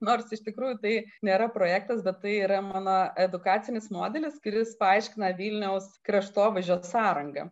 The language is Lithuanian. nors iš tikrųjų tai nėra projektas bet tai yra mano edukacinis modelis kuris paaiškina vilniaus kraštovaizdžio sąrangą